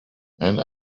and